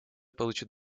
получат